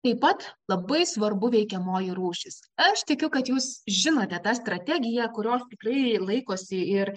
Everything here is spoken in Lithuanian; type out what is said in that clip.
taip pat labai svarbu veikiamoji rūšis aš tikiu kad jūs žinote tą strategiją kurios tikrai laikosi ir